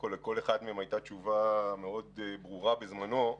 לכל אחד מהם היתה תשובה מאוד ברורה בזמנו.